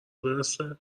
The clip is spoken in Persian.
برسه